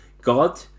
God